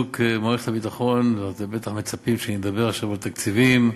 אתם בטח מצפים שאדבר עכשיו על תקציבים,